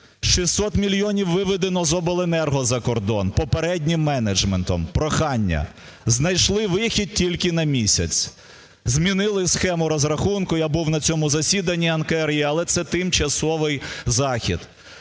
600 мільйонів виведено з обленерго за кордон попереднім менеджментом. Прохання: знайшли вихід тільки на місяць, змінили схему розрахунку, я був на цьому засіданні НКРЕ, але це тимчасовий захід.